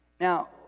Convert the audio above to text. Now